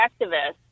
Activists